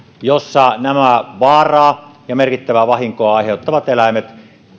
jossa nämä vaaraa ja merkittävää vahinkoa aiheuttavat eläimet